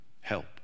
help